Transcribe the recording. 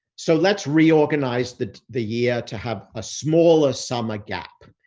so, let's reorganize the the year to have a smaller summer gap,